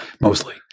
mostly